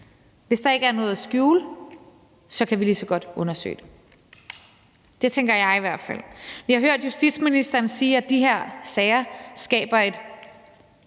Hvis der ikke er noget at skjule, kan vi lige så godt undersøge det. Det tænker jeg i hvert fald. Vi har hørt justitsministeren sige, at de her sager skaber et